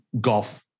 golf